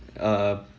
uh